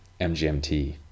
mgmt